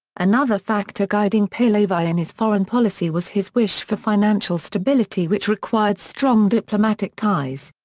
another factor guiding pahlavi in his foreign policy was his wish for financial stability which required strong diplomatic ties.